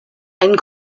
einen